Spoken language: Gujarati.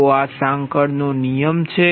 તો આ સાંકળનો નિયમ છે